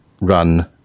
run